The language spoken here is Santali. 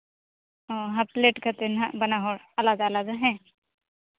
ᱚ ᱦᱟᱯ ᱯᱞᱮᱴ ᱠᱟᱛᱮᱫ ᱦᱟᱸᱜ ᱵᱟᱱᱟᱼᱦᱚᱲ ᱟᱞᱟᱫᱟ ᱟᱞᱟᱫᱟ ᱦᱮᱸ